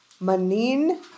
Manin